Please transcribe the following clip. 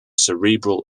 cerebral